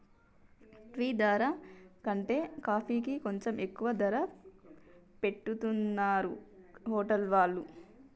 tea ధర కంటే కాఫీకి కొంచెం ఎక్కువ ధర పెట్టుతున్నరు హోటల్ వాళ్ళు